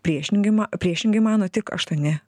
priešingi ma priešingai mano tik aštuoni